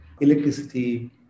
electricity